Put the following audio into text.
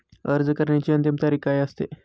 अर्ज करण्याची अंतिम तारीख काय असते?